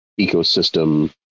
ecosystem